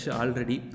already